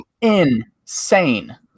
insane